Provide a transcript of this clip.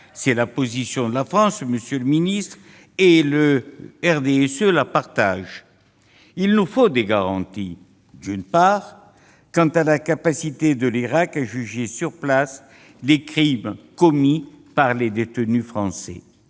est la position de la France, monsieur le secrétaire d'État, et le RDSE la partage. Il nous faut des garanties, d'une part, quant à la capacité de l'Irak à juger sur place les crimes commis par les détenus français,